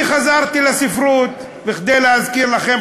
אני חזרתי לספרות כדי להזכיר לכם,